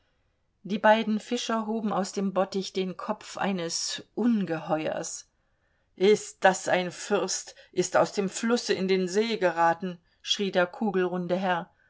die beiden fischer hoben aus dem bottich den kopf eines ungeheuers ist das ein fürst ist aus dem flusse in den see geraten schrie der kugelrunde herr